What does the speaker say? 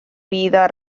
vida